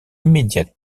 immédiate